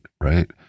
Right